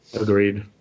Agreed